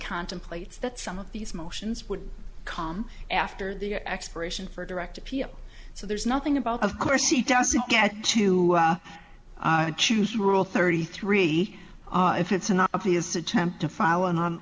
contemplates that some of these motions would come after the expiration for direct appeal so there's nothing about of course he doesn't get to choose rule thirty three if it's an obvious attempt to file an